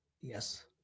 Yes